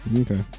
okay